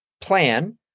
plan